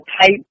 type